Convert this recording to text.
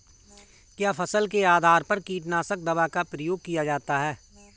क्या फसल के आधार पर कीटनाशक दवा का प्रयोग किया जाता है?